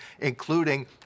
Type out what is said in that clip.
including